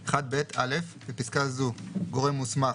"(1ב) (א) בפסקה זו 'גורם מוסמך'